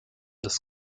des